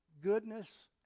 Goodness